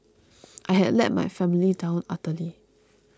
I had let my family down utterly